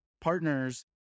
partners